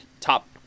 top